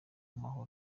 amahoro